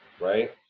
right